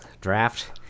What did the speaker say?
draft